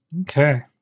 Okay